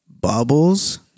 bubbles